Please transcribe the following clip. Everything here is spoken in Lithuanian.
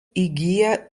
įgyja